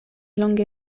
longe